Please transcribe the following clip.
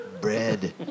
bread